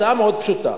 הצעה מאוד פשוטה.